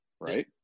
right